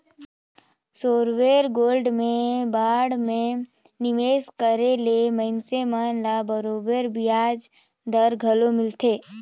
sovereign gold में bond में निवेस करे ले मइनसे मन ल बरोबेर बियाज दर घलो मिलथे